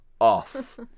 Off